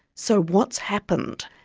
so, what's happened?